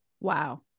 Wow